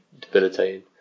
debilitating